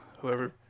whoever